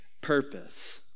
purpose